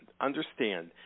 understand